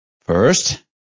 First